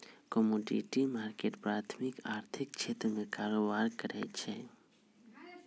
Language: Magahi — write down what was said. कमोडिटी मार्केट प्राथमिक आर्थिक क्षेत्र में कारबार करै छइ